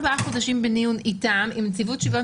ארבעה חודשים בדיון עם הנציבות לשוויון